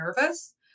nervous